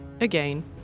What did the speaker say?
again